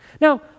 Now